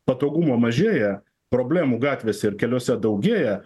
patogumo mažėja problemų gatvėse ir keliuose daugėja